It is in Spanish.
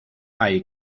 hay